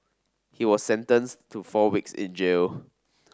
he was sentenced to four weeks in jail